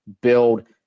build –